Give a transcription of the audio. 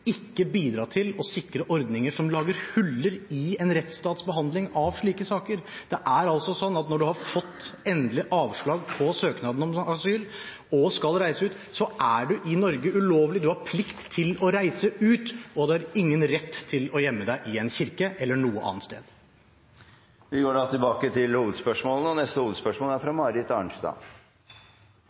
ikke bidra til å sikre ordninger som lager huller i en rettsstats behandling av slike saker. Det er altså slik at når du har fått endelig avslag på søknaden om asyl og skal reise ut, så er du i Norge ulovlig; du har plikt til å reise ut, og du har ingen rett til å gjemme deg i en kirke eller noe annet sted. Vi går til neste hovedspørsmål. Mitt spørsmål går til